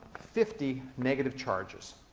fifty negative charges.